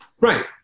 Right